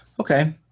Okay